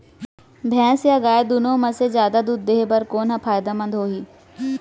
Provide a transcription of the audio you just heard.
भैंस या गाय दुनो म से जादा दूध देहे बर कोन ह फायदामंद होही?